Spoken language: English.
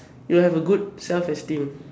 you will have a good self esteem